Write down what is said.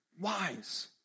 wise